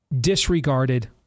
disregarded